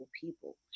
people